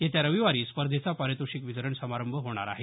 येत्या रविवारी स्पर्धेचा पारितोषिक वितरण समारंभ होणार आहे